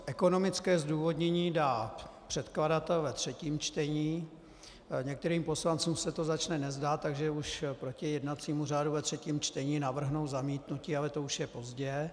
Ekonomické zdůvodnění dá předkladatel ve třetím čtení, některým poslancům se to začne nezdát, takže už proti jednacímu řádu ve třetím čtení navrhnou zamítnutí, ale to už je pozdě.